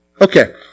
Okay